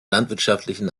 landwirtschaftlichen